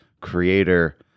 creator